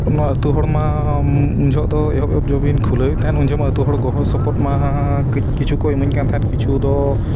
ᱱᱚᱣᱟ ᱟᱛᱳ ᱦᱚᱲ ᱢᱟ ᱩᱱ ᱡᱚᱠᱷᱚᱱ ᱫᱚ ᱮᱦᱚᱵ ᱮᱦᱚᱵ ᱡᱚᱠᱷᱚᱱᱵᱤᱱ ᱠᱷᱩᱞᱟᱹᱣᱮᱫ ᱛᱟᱦᱮᱱ ᱩᱱ ᱡᱚᱠᱷᱚᱱ ᱟᱛᱳ ᱦᱚᱲ ᱜᱚᱲᱚ ᱥᱚᱯᱚᱦᱚᱫ ᱢᱟ ᱠᱤᱪᱷᱩ ᱠᱚ ᱤᱢᱟᱹᱧ ᱠᱟᱱ ᱛᱟᱦᱮᱸᱫ ᱠᱤᱪᱷᱩ ᱫᱚ